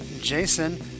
Jason